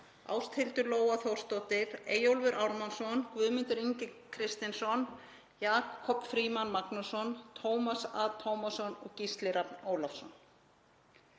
Ásthildur Lóa Þórsdóttir, Eyjólfur Ármannsson, Guðmundur Ingi Kristinsson, Jakob Frímann Magnússon, Tómas A. Tómasson og Gísli Rafn Ólafsson.